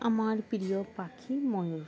আমার প্রিয় পাখি ময়ূর